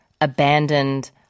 abandoned